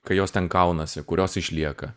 kai jos ten kaunasi kurios išlieka